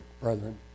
brethren